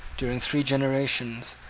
during three generations,